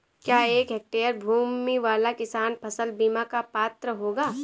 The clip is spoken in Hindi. क्या एक हेक्टेयर भूमि वाला किसान फसल बीमा का पात्र होगा?